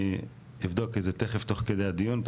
אני אבדוק את זה תכף תוך כדי הדיון.